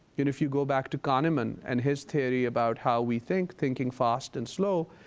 if you go back to kahneman and his theory about how we think, thinking fast and slow,